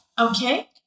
Okay